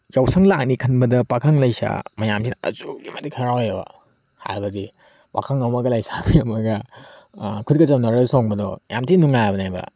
ꯌꯥꯎꯁꯪ ꯂꯥꯛꯅꯤ ꯈꯟꯕꯗ ꯄꯥꯈꯪ ꯂꯩꯁꯥ ꯃꯌꯥꯝꯁꯤꯅ ꯑꯁꯨꯛꯀꯤ ꯃꯇꯤꯛ ꯍꯔꯥꯎꯋꯦꯕ ꯍꯥꯏꯕꯗꯤ ꯄꯥꯈꯪ ꯑꯃꯒ ꯂꯩꯁꯥꯕꯤ ꯑꯃꯒ ꯈꯨꯠꯀ ꯁꯝꯅꯔ ꯆꯣꯡꯕꯗꯣ ꯌꯥꯝꯊꯤ ꯅꯨꯡꯉꯥꯏꯕꯅꯦꯕ